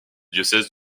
diocèse